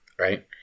Right